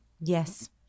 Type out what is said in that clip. Yes